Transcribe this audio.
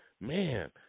man